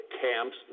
camps